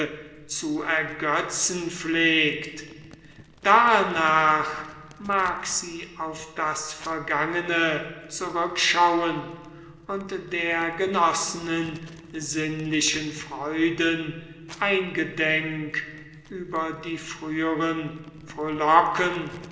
zu ergötzen pflegt darnach mag sie auf das vergangene zurückschauen und der genossenen sinnlichen freuden eingedenk über die früheren frohlocken